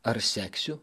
ar seksiu